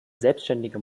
selbständiger